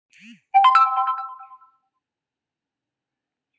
मधुमाछीक छत्ता सं शहद कें तरल रूप मे निकालल जाइ छै